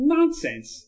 Nonsense